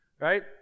Right